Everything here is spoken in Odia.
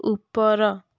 ଉପର